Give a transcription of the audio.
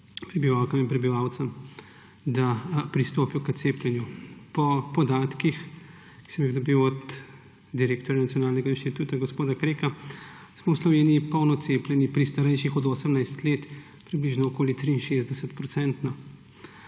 prebivalkam in prebivalcem, da pristopijo k cepljenju. Po podatkih, ki sem jih dobil od direktorja Nacionalnega inštituta za javno zdravje gospoda Kreka, smo v Sloveniji polno cepljeni pri starejših od 18 let približno 63-odstotno,